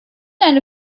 eine